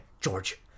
George